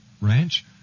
ranch